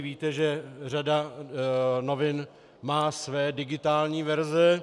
Víte, že řada novin má své digitální verze.